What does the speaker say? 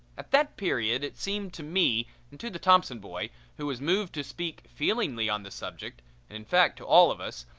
at that period it seemed to me and to the thompson boy, who was moved to speak feelingly on the subject, and in fact to all of us,